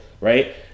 right